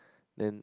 then